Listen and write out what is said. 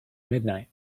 midnight